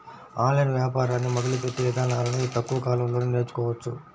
online వ్యాపారాన్ని మొదలుపెట్టే ఇదానాలను తక్కువ కాలంలోనే నేర్చుకోవచ్చు